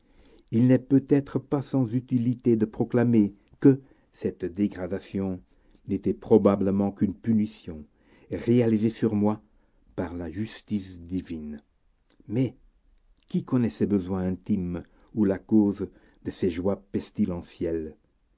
il n'est peut-être pas sans utilité de proclamer que cette dégradation n'était probablement qu'une punition réalisée sur moi par la justice divine mais qui connaît ses besoins intimes ou la cause de ses joies pestilentielles